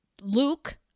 luke